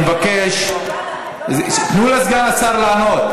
אני מבקש, תנו לסגן השר לענות.